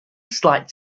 slight